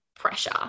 Pressure